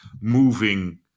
moving